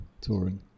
touring